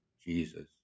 Jesus